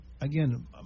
again